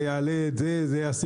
זה יעשה ביורוקרטיה,